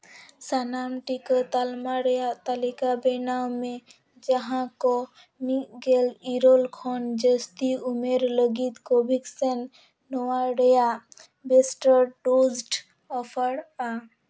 ᱥᱟᱱᱟᱢ ᱴᱤᱠᱟᱹ ᱛᱟᱞᱢᱟ ᱨᱮᱭᱟᱜ ᱛᱟᱹᱞᱤᱠᱟ ᱵᱮᱱᱟᱣ ᱢᱮ ᱡᱟᱦᱟᱸ ᱠᱚ ᱢᱤᱫ ᱜᱮᱞ ᱤᱨᱟᱹᱞ ᱠᱷᱚᱱ ᱡᱟᱹᱥᱛᱤ ᱩᱢᱮᱨ ᱞᱟᱹᱜᱤᱫ ᱠᱳᱵᱷᱮᱠᱥᱤᱱ ᱱᱚᱣᱟ ᱨᱮᱭᱟᱜ ᱵᱩᱥᱴᱟᱨ ᱰᱳᱡ ᱚᱯᱷᱟᱨᱼᱟ